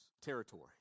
territory